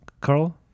Carl